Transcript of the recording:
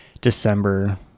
december